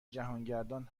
جهانگردان